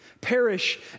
Perish